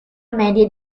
medie